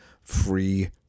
free